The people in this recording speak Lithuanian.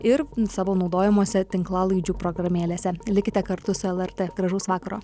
ir savo naudojamose tinklalaidžių programėlėse likite kartu su lrt gražaus vakaro